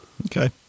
okay